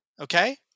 Okay